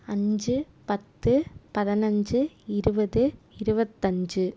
அஞ்சு பத்து பதினஞ்சு இருபது இருபத்தஞ்சு